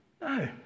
No